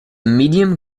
medium